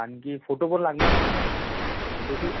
आणखी फोटोफर लागणार ना तुम्हाला फोटोशूट